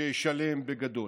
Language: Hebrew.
שישלם בגדול.